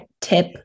tip